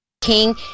King